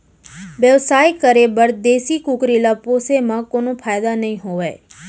बेवसाय करे बर देसी कुकरी ल पोसे म कोनो फायदा नइ होवय